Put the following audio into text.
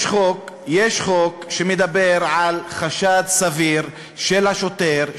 יש חוק שמדבר על חשד סביר של השוטר,